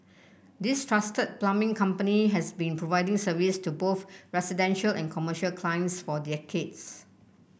this trusted plumbing company has been providing service to both residential and commercial clients for decades